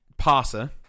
parser